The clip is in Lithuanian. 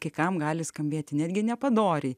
kai kam gali skambėti netgi nepadoriai